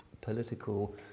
political